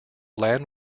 land